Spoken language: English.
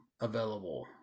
available